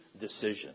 decision